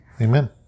Amen